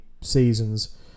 seasons